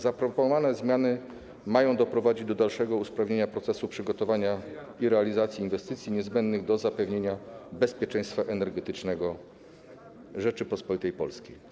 Zaproponowane zmiany mają doprowadzić do dalszego usprawnienia procesu przygotowania i realizacji inwestycji niezbędnych do zapewnienia bezpieczeństwa energetycznego Rzeczypospolitej Polskiej.